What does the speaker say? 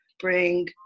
bring